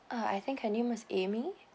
ah I think her name was amy